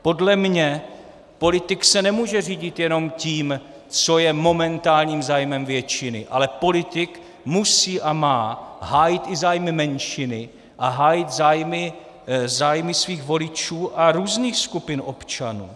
Podle mě politik se nemůže řídit jenom tím, co je momentálním zájmem většiny, ale politik musí a má hájit i zájmy menšiny a hájit zájmy svých voličů a různých skupin občanů.